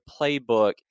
playbook